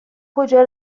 کجا